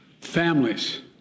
Families